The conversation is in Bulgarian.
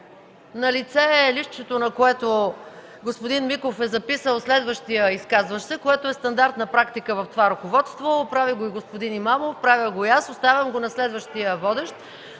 Налице е листчето, на което господин Миков е записал следващия изказващ се, което е стандартна практика в това ръководство – прави го и господин Имамов, правя го и аз, оставям го на следващия водещ.